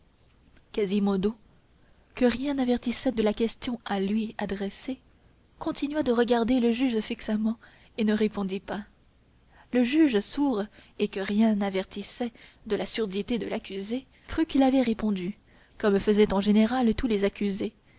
quasimodo que rien n'avertissait de la question à lui adressée continua de regarder le juge fixement et ne répondit pas le juge sourd et que rien n'avertissait de la surdité de l'accusé crut qu'il avait répondu comme faisaient en général tous les accusés